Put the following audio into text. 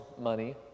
money